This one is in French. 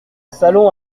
salon